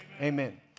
Amen